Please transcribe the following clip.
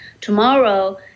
Tomorrow